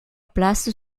place